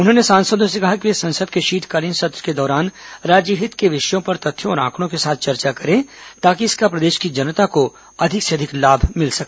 उन्होंने सांसदों से कहा कि वे संसद के शीतकालीन सत्र के दौरान राज्य हित के विषयों पर तथ्यों और आंकड़ों के साथ चर्चा करें ताकि इसका प्रदेश की जनता को अधिक से अधिक लाभ मिल सके